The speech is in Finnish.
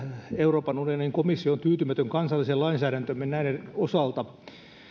euroopan unionin komissio on tyytymätön kansalliseen lainsäädäntöömme näiden osalta nyt